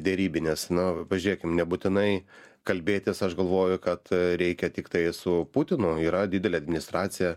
derybinės na pažiūrėkim nebūtinai kalbėtis aš galvoju kad reikia tiktai su putinu yra didelė administracija